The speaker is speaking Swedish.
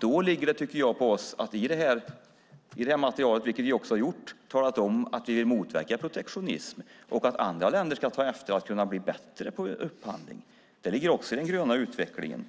Det ligger på oss att i materialet, vilket vi har gjort, tala om att vi vill motverka protektionism och arbeta för att andra länder ska ta efter så att de kan bli bättre på upphandling. Det ligger också i den gröna utvecklingen.